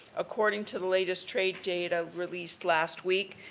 according to the latest trade data released last week,